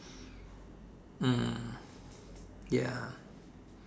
hmm ya